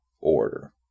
order